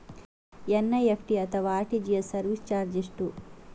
NEFT ಅಥವಾ RTGS service charge ಎಷ್ಟು?